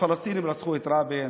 הפלסטינים רצחו את רבין.